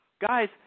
Guys